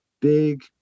big